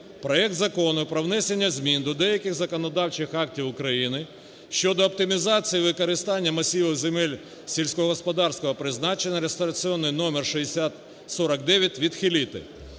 проект Закону про внесення змін до деяких законодавчих актів України щодо оптимізації використання масивів земель сільськогосподарського призначення (реєстраційний номер 6049) відхилити.